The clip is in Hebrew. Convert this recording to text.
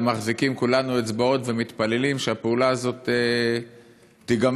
וכולנו מחזיקים אצבעות ומתפללים שהפעולה הזאת תיגמר,